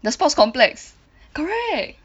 the sports complex correct